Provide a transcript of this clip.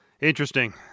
Interesting